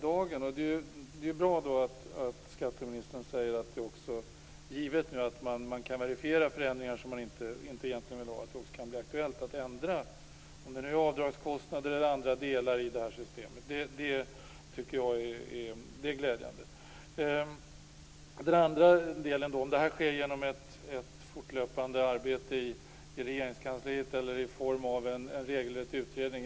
Det är då bra att skatteministern säger att det också, givet att man kan verifiera förändringar som man egentligen inte vill ha, kan bli aktuellt att ändra avdragskostnader eller andra delar i det här systemet. Det är glädjande. Den andra delen gällde om detta sker genom ett fortlöpande arbete i Regeringskansliet eller i form av en regelrätt utredning.